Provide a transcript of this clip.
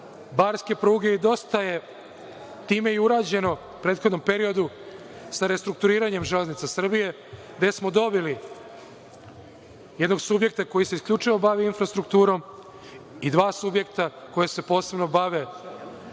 barske pruge. Dosta je time i urađeno u prethodnom periodu sa restrukturiranjem „Železnica Srbije“, gde smo dobili jednog subjekta koji se isključivo bavi infrastrukturom i dva subjekta koja se posebno bave transportom